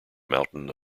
mountain